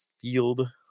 field